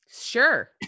Sure